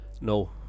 no